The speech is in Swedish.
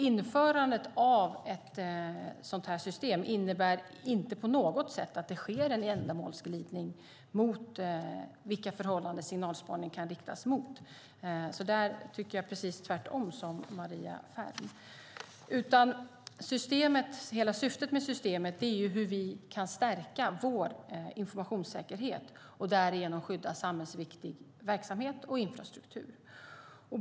Införandet av ett sådant system innebär inte på något sätt att det sker en ändamålsglidning när det gäller vilka förhållanden signalspaning kan riktas mot. Där håller jag inte alls med Maria Ferm. Hela syftet med systemet är att stärka vår informationssäkerhet och därmed skydda samhällsviktig verksamhet och infrastruktur.